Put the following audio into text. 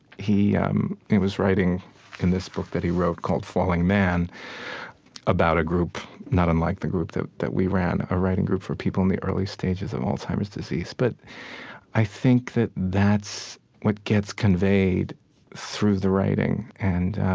he um he was writing in this book that he wrote called falling man about a group, not unlike the group that we ran, a writing group for people in the early stages of alzheimer's disease. but i think that that's what gets conveyed through the writing. and